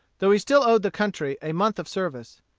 though he still owed the country a month of service.